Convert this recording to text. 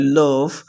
love